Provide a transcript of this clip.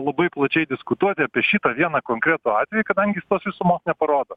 labai plačiai diskutuoti apie šitą vieną konkretų atvejį kadangi jis tos visumos neparodo